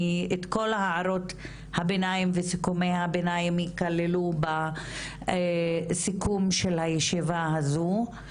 אני את כל ההערות הביניים וסיכומי הביניים יכללו בסיכום של הישיבה הזו,